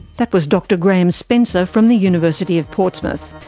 that was dr graham spencer from the university of portsmouth.